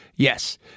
Yes